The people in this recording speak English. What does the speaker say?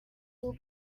will